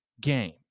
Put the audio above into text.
game